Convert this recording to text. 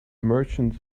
merchant